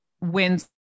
wins